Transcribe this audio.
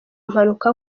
mpanuka